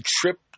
trip